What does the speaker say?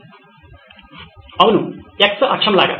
సిద్ధార్థ్ అవును x అక్షం లాగా